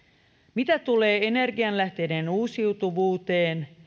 mitä tulee energianlähteiden uusiutuvuuteen